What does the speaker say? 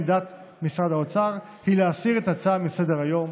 עמדת משרד האוצר היא להסיר את ההצעה מסדר-היום.